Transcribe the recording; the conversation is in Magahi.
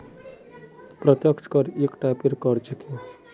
प्रत्यक्ष कर एक टाइपेर कर छिके